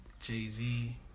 Jay-Z